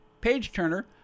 page-turner